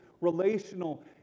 relational